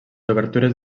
obertures